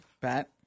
Bet